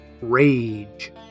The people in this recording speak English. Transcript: Rage